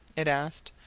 it asked,